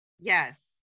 yes